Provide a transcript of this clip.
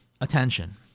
attention